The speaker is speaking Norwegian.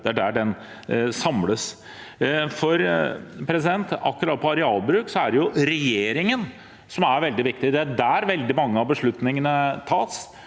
det er der den samles. Akkurat på arealbruk er det regjeringen som er veldig viktig. Det er der veldig mange av beslutningene tas.